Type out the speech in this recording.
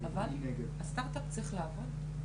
אז נקודת ההתחלה שלהם